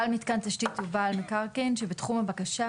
בעל מתקן תשתית ובעל מקרקעין שבתחום הבקשה